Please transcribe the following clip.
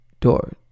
Door